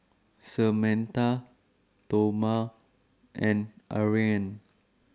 Samatha Toma and Ariane